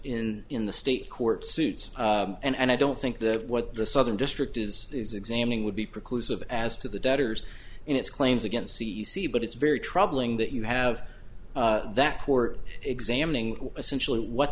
in in the state court suits and i don't think that what the southern district is is examining would be precludes of as to the debtors and its claims against c e c but it's very troubling that you have that court examining essentially what